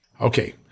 Okay